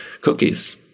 cookies